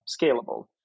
scalable